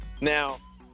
Now